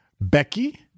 Becky